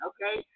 Okay